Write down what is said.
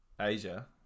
Asia